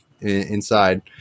inside